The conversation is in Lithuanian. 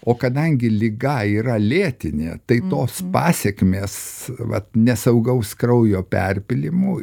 o kadangi liga yra lėtinė tai tos pasekmės vat nesaugaus kraujo perpylimu